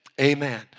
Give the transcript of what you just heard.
Amen